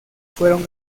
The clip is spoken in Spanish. fueron